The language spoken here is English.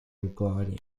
gliding